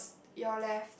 your left